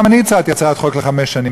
גם אני הצעתי הצעת חוק לחמש שנים.